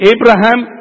Abraham